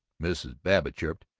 mrs. babbitt chirped,